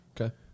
Okay